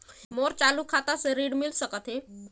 मोर चालू खाता से ऋण मिल सकथे?